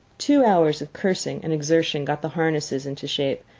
two hours of cursing and exertion got the harnesses into shape,